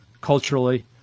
culturally